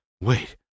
Wait